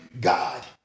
God